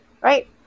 right